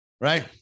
right